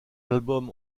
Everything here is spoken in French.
albums